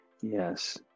Yes